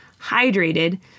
hydrated